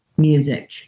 Music